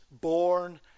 born